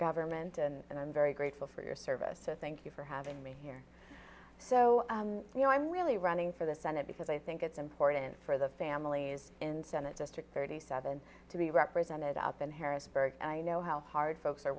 government and i'm very grateful for your service sir thank you for having me here so you know i'm really running for the senate because i think it's important for the families in the senate district thirty seven to be represented up in harrisburg and i know how hard folks are